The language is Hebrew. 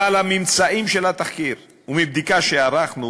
אבל מהממצאים של התחקיר ומבדיקה שערכנו